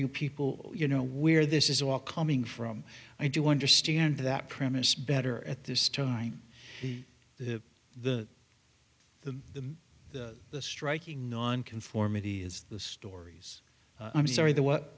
you people you know where this is all coming from i do understand that premise better at this time the the the the the striking nonconformity is the stories i'm sorry the what